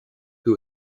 who